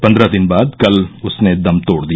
पन्द्रह दिन बाद कल उसने दम तोड़ दिया